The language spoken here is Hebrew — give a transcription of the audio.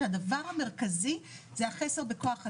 שהדבר המרכזי זה החסר בכוח אדם.